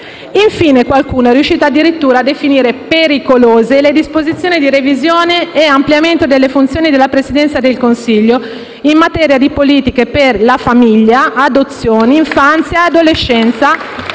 Infine qualcuno è riuscito addirittura a definire pericolose le disposizioni di revisione e ampliamento delle funzioni della Presidenza del Consiglio in materia di politiche per la famiglia, adozioni, infanzia, adolescenza